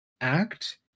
act